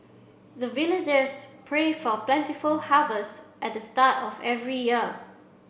the villagers pray for plentiful harvest at the start of every year